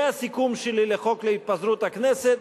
זה הסיכום שלי לחוק התפזרות הכנסת,